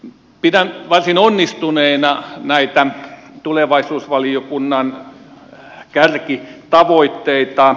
pidän varsin onnistuneina näitä tulevaisuusvaliokunnan kärkitavoitteita